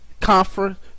conference